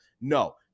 No